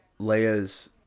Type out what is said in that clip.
Leia's